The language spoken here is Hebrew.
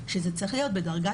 האזרחית לבוא ולהשמיע ולתרום.